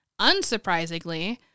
Unsurprisingly